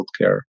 healthcare